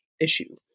Issue